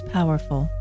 Powerful